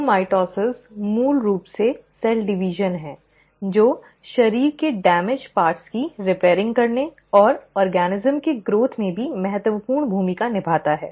तो माइटोसिस मूल रूप से कोशिका विभाजन है जो शरीर के क्षतिग्रस्त हिस्सों की रिपेयरिंग करने और जीव के विकास में भी महत्वपूर्ण भूमिका निभाता है